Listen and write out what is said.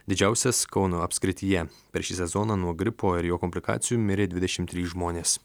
didžiausias kauno apskrityje per šį sezoną nuo gripo ir jo komplikacijų mirė dvidešimt trys žmonės